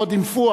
ועוד עם פואד.